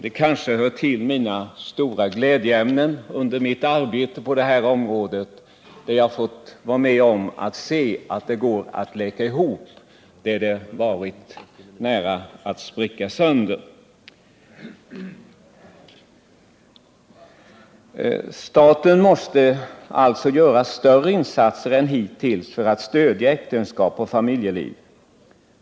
Det hör till de största glädjeimnena i mitt arbete på det här området att ha sett att det går att hjälpa, där det har varit nära att spricka sönder. Staten måste alltså göra större insatser än hittills för att stödja äktenskap och familjeliv.